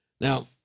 Now